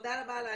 תודה רבה לך.